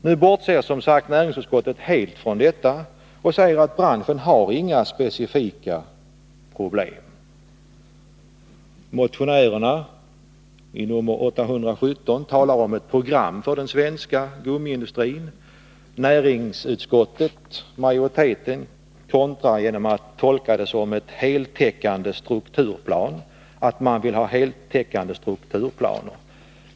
Nu bortser som sagt näringsutskottet helt från detta och säger att branschen inte har några specifika problem. Motionärerna i motion 817 talar om ett program för den svenska gummiindustrin. Näringsutskottets majoritet kontrar genom att tolka motionen så att man vill ha heltäckande strukturplaner.